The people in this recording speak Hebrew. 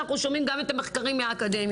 אנחנו שומעים גם את המחקרים מהאקדמיה,